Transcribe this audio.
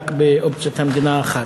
רק באופציית המדינה האחת.